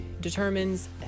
determines